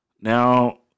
Now